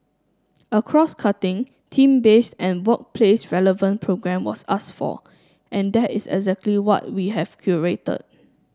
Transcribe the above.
a crosscutting theme base workplace relevant programme was ask for and that is exactly what we have curated